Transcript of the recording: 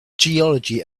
geology